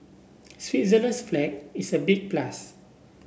Switzerland's flag is a big plus